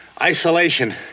Isolation